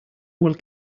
will